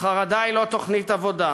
חרדה היא לא תוכנית עבודה.